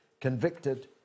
convicted